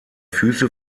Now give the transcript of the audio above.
füße